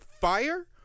fire